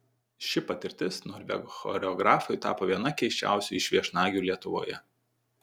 ši patirtis norvegų choreografui tapo viena keisčiausių iš viešnagių lietuvoje